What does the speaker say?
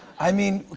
i mean,